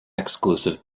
exclusive